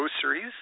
groceries